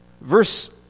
Verse